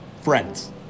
friends